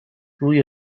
روی